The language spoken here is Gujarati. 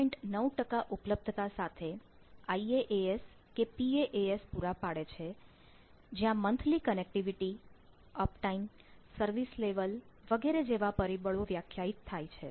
9 ઉપલબ્ધતા સાથે IaaS અને PaaS પુરા પાડે છે જ્યાં મન્થલી કનેક્ટિવિટી અપ ટાઇમ વગેરે જેવા પરિબળો વ્યાખ્યાયિત થાય છે